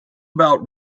about